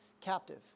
captive